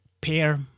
pair